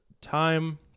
time